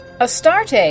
Astarte